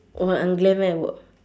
我很 unglam eh 我